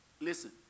Listen